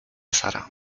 sara